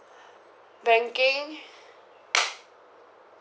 banking